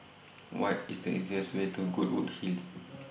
What IS The easiest Way to Goodwood Hill